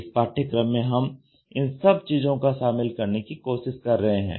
इस पाठ्यक्रम में हम इन सब चीजों को शामिल करने की कोशिश कर रहे हैं